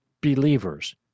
believers